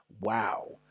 Wow